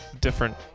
different